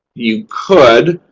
you could